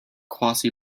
quasi